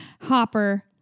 Hopper